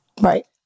Right